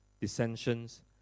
dissensions